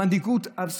מנהיגות,